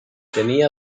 tenía